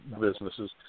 businesses